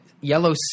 yellow